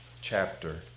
chapter